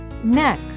neck